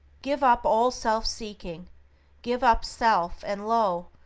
give up all self-seeking give up self, and lo!